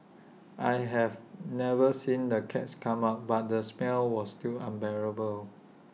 I have never seen the cats come out but the smell was still unbearable